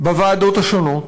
בוועדות השונות,